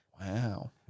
Wow